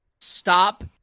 Stop